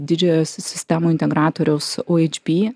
didžiojo sistemų integratoriaus uhb